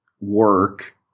work